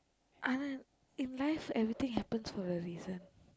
Anand in life everything happens for a reason